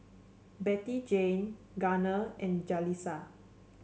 Bettyjane Gunner and Jalissa